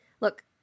Look